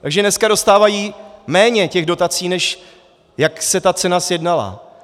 Takže dneska dostávají méně těch dotací, než jak se ta cena sjednala.